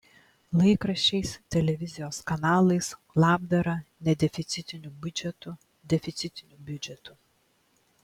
laikraščiais televizijos kanalais labdara nedeficitiniu biudžetu deficitiniu biudžetu